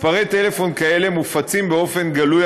מספרי טלפון כאלה מופצים באופן גלוי,